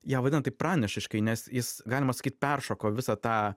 ją vadina taip pranašiškai nes jis galima sakyt peršoko visą tą